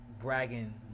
bragging